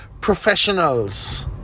professionals